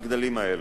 בגדלים האלה.